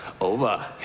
over